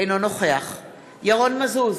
אינו נוכח ירון מזוז,